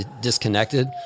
disconnected